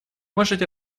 можете